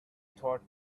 thought